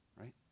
right